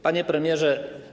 Panie Premierze!